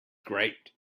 great